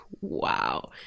wow